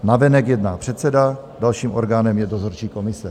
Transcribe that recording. Navenek jedná předseda, dalším orgánem je dozorčí komise.